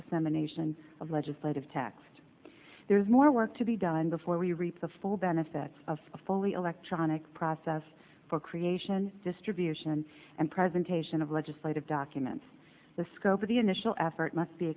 dissemination of legislative text there is more work to be done before we reap the full benefits of a fully electronic process for creation distribution and presentation of legislative documents the scope of the initial effort must be